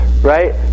right